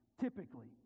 typically